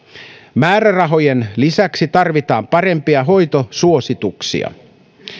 määrärahojen lisäksi tarvitaan parempia hoitosuosituksia